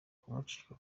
kumucika